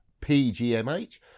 pgmh